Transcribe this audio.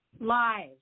live